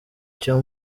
cyo